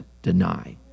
Deny